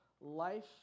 Life